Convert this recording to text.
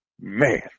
man